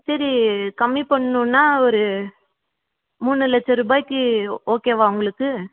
சரி கம்மி பண்ணணும்னா ஒரு மூணு லட்சருபாய்க்கு ஓகேவா உங்களுக்கு